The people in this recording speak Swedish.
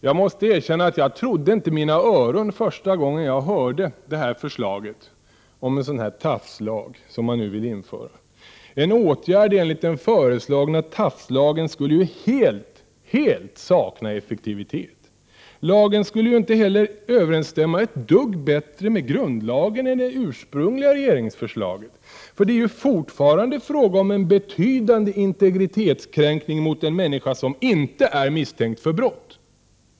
Jag måste erkänna att jag inte trodde mina öron när jag första gången hörde förslaget om en sådan här tafslag som man nu vill införa. En åtgärd enligt den föreslagna tafslagen skulle helt sakna effektivitet. Lagen skulle inte heller överensstämma ett dugg bättre med grundlagen än det ursprungliga regeringsförslaget. Det är fortfarande fråga om en betydande integritetskränkning mot en människa som inte är misstänkt för brott.